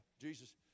Jesus